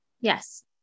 yes